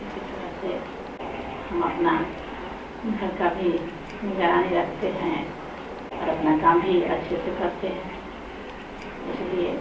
इसी तरह से हम अपने घर की भी निगरानी रखते हैं और अपना काम भी अच्छे से करते हैं इसलिए